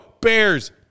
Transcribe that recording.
Bears